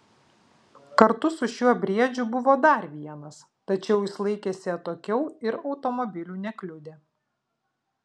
kartu su šiuo briedžiu buvo dar vienas tačiau jis laikėsi atokiau ir automobilių nekliudė